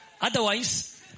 Otherwise